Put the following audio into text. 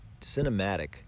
cinematic